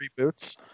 reboots